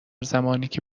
زمانیکه